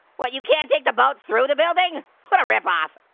what, you can't take the boat through the building? what a rip off.